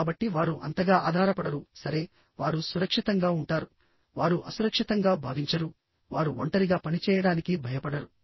కాబట్టి వారు అంతగా ఆధారపడరు సరే వారు సురక్షితంగా ఉంటారు వారు అసురక్షితంగా భావించరు వారు ఒంటరిగా పనిచేయడానికి భయపడరు